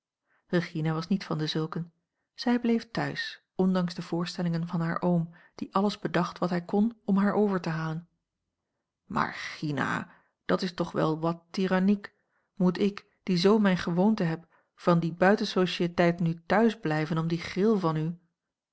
regina was niet van dezulken zij bleef thuis ondanks de voorstellingen van haar oom die alles bedacht wat hij kon om haar over te halen maar gina dat is toch wel wat tiranniek moet ik die zoo mijne gewoonte heb van die buitensociëteit nu thuis blijven om die gril van u